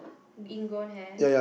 in grown hair